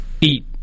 eat